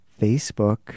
Facebook